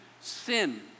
sin